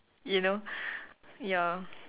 you know ya